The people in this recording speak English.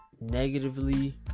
negatively